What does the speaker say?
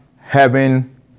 heaven